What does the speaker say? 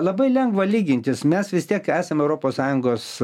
labai lengva lygintis mes vis tiek esam europos sąjungos